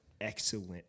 excellent